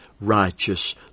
righteous